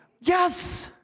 Yes